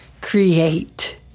create